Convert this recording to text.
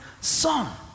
Son